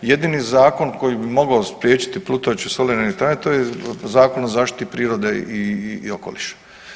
Jedini zakon koji bi mogao spriječiti plutajuće solarne elektrane to je Zakon o zaštiti prirode i okoliša.